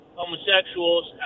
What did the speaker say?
homosexuals